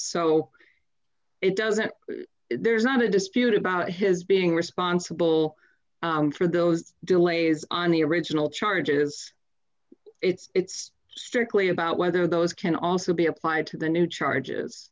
so it doesn't there's not a dispute about his being responsible for those delays on the original charges it's strictly about whether those can also be applied to the new charges